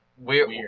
weird